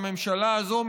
הממשלה הזו,